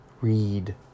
read